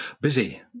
Busy